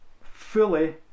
fully